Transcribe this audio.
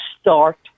start